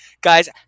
Guys